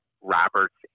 Roberts